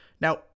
Now